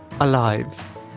alive